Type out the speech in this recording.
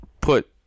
put